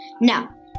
Now